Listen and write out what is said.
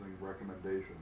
recommendations